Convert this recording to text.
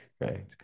right